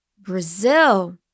Brazil